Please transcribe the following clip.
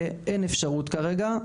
ואין אפשרות כרגע.